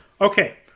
Okay